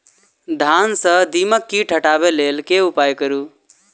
धान सँ दीमक कीट हटाबै लेल केँ उपाय करु?